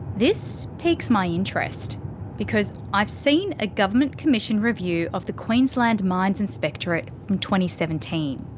this piques my interest because i've seen a government commissioned review of the queensland mines inspectorate from twenty seventeen.